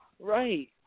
Right